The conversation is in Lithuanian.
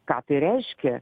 ką tai reiškia